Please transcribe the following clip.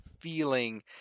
feeling